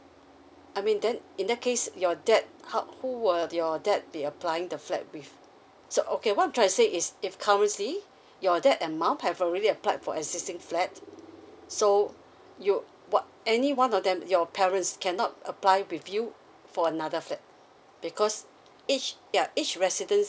I mean then in that case your dad how who will your dad be applying the flat with so okay what I'm trying to say is if currently your dad and mum have already applied for existing flat so you what any one of them your parents cannot apply with you for another flat because each ya each residents